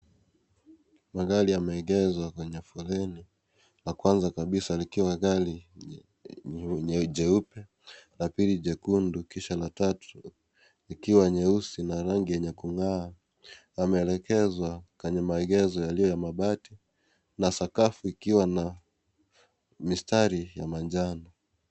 Magari yameegheshwa kwenye foleni ,la kwanza kabisa likiwa gari jeupe la pili jekundu kisha la tatu likiwa nyeusi na rangi yenye kungaa, yameelekezwa kwenye maeghesho yaliyo ya mabati na sakafu ikiwa na misitari ya manjano.